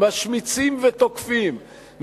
משמיצים ותוקפים,